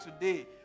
today